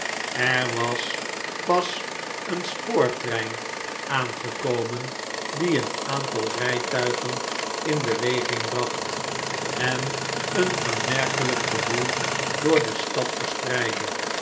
er was pas een spoortrein aangekomen die een aantal rijtuigen in beweging bracht en een aanmerkelijk gewoel door de stad verspreidde